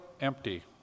empty